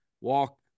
walk